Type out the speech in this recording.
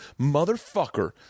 motherfucker